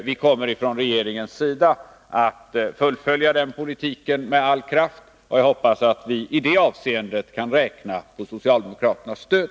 Vi kommer från regeringens sida att fullfölja den politiken med all kraft, och jag hoppas att vi i det avseendet kan räkna på socialdemokraternas stöd.